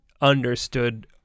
understood